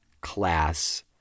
class